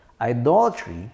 idolatry